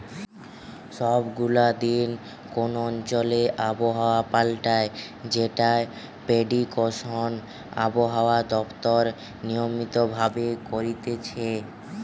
সব গুলা দিন কোন অঞ্চলে আবহাওয়া পাল্টায় যেটার প্রেডিকশন আবহাওয়া দপ্তর নিয়মিত ভাবে করতিছে